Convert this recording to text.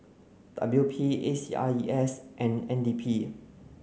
W P A C R E S and N D P